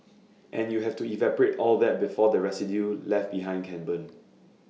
and you have to evaporate all that before the residue left behind can burn